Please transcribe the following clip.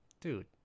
dude